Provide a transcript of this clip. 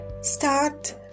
Start